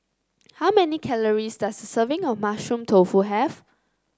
how many calories does a serving of Mushroom Tofu have